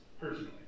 personally